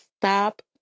Stop